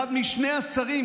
אחד משני שרים,